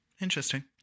Interesting